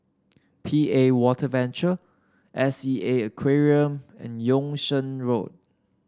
P A Water Venture S E A Aquarium and Yung Sheng Road